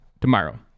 tomorrow